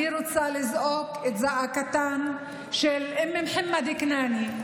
אני רוצה לזעוק את זעקתן של אום מוחמד כנאנה,